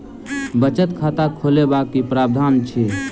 बचत खाता खोलेबाक की प्रावधान अछि?